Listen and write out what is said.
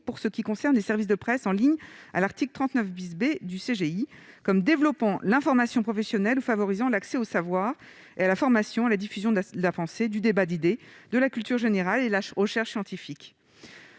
pour ce qui concerne les services de presse en ligne, à l'article 39 B du code général des impôts comme « développant l'information professionnelle ou favorisant l'accès au savoir et à la formation et la diffusion de la pensée, du débat d'idées, de la culture générale et de la recherche scientifique